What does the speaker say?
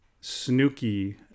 Snooky